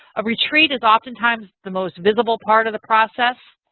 a retreat is oftentimes the most visible part of the process.